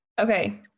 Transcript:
Okay